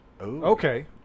Okay